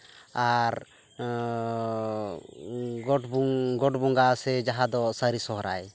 ᱟᱨ ᱜᱚᱰ ᱵᱚᱸᱜᱟ ᱥᱮ ᱡᱟᱦᱟᱸ ᱫᱚ ᱥᱟᱹᱨᱤ ᱥᱚᱨᱦᱟᱭ